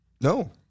No